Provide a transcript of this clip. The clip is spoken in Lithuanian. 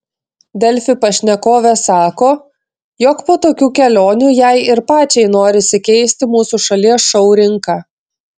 delfi pašnekovė sako jog po tokių kelionių jai ir pačiai norisi keisti mūsų šalies šou rinką